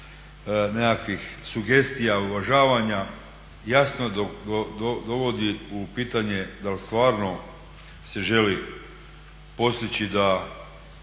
nekakvih sugestija, uvažavanja, jasno dovodi u pitanje da li stvarno se želi postići da